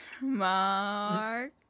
Mark